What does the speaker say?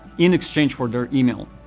in exchange for their email.